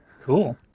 Cool